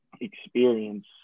experience